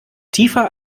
tiefer